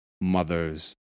mother's